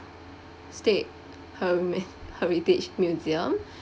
state her~ heritage museum